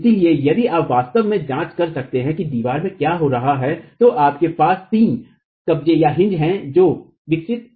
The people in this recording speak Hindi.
इसलिए यदि आप वास्तव में जांच कर सकते हैं कि दीवार में क्या हो रहा है तो आपके पास तीन कब्जेहिन्ज हैं जो विकसित हैं